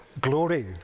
glory